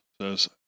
says